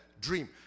dream